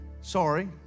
Sorry